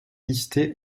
listée